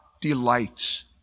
delights